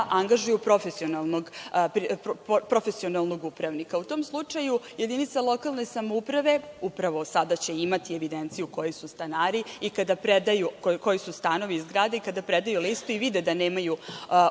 angažuju profesionalnog upravnika. U tom slučaju jedinica lokalne samouprave upravo sada će imati evidenciju koji su stanovi u zgradi i kada predaju listu i vide da nemaju upravnika,